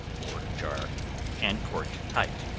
or jar and corked tight.